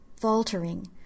faltering